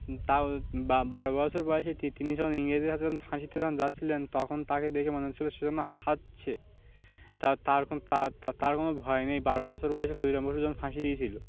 তাও বা বারো বছর বয়সে তি তিনি যখন ইংরেজদের সাথে যখন ফাঁসিতে যখন যাচ্ছিলেন তখন তাকে দেখে মনে হচ্ছিল সে যেন হাঁটছে তা তার কোনো তার কোনও ভয় নেই বারো বছর বয়সে ক্ষুদিরাম বসু যখন ফাঁসি গিয়েছিল